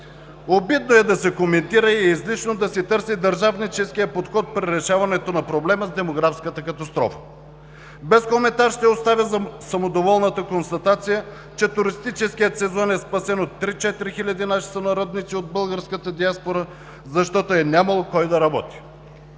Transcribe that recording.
Обидно е да се коментира и е излишно да се търси държавническият подход при решаването на проблема с демографската катастрофа. Без коментар ще оставя самодоволната констатация, че туристическият сезон е спасен от 3 – 4 хиляди наши сънародници от българската диаспора, защото е нямало кой да работи.